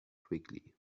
quickly